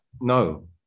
no